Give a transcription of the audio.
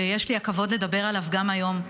ויש לי הכבוד לדבר עליו גם היום.